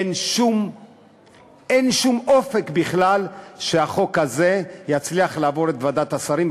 אין שום אופק בכלל שהחוק הזה יצליח לעבור את ועדת השרים.